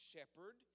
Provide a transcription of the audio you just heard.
Shepherd